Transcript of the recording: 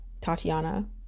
Tatiana